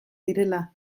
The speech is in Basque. direla